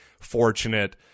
fortunate